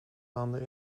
landen